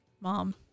mom